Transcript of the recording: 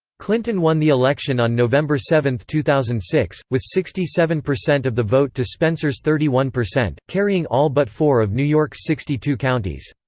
clinton won the election on november seven, two thousand and six, with sixty seven percent of the vote to spencer's thirty one percent, carrying all but four of new york's sixty-two counties.